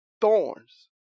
Thorns